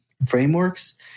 frameworks